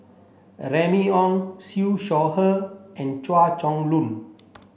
Remy Ong Siew Shaw Her and Chua Chong Long